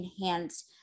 enhance